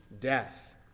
death